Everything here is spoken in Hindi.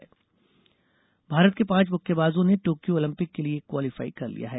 मुक्केबाजी भारत के पांच मुक्केबाजों ने टोक्यो ओलंपिक के लिए क्वालीफाई कर लिया है